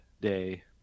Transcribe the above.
day